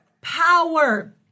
power